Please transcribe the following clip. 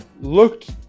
Looked